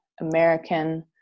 American